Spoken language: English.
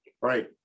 Right